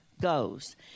goes